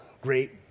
great